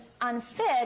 unfit